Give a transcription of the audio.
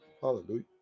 Hallelujah